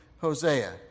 Hosea